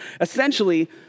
Essentially